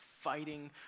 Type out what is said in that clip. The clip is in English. fighting